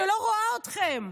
שלא רואה אתכן,